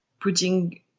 putting